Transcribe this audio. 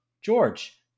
George